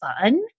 fun